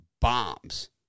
bombs